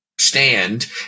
stand